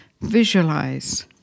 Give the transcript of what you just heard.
visualize